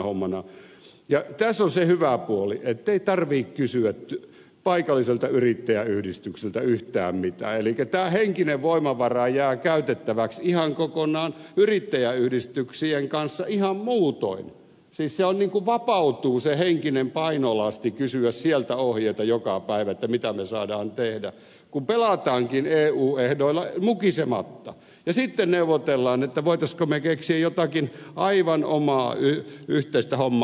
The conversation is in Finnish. tässä on se hyvä puoli ettei tarvitse kysyä paikalliselta yrittäjäyhdistykseltä yhtään mitään elikkä tämä henkinen voimavara jää käytettäväksi ihan kokonaan yrittäjäyhdistyksien kanssa ihan muutoin siis se henkinen painolasti vapautuu kysyä sieltä ohjeita joka päivä mitä me saamme tehdä kun pelataankin eu ehdoilla mukisematta ja sitten neuvotellaan voisimmeko me keksiä jotakin aivan omaa yhteistä hommaa